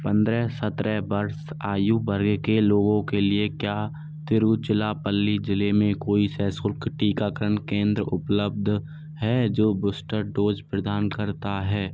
पंद्रह सत्रह वर्ष आयु वर्ग के लोगों के लिए क्या तिरुचिरापल्ली ज़िले में कोई सशुल्क टीकाकरण केंद्र उपलब्ध है जो बूस्टर डोज प्रदान करता है